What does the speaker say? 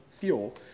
fuel